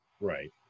Right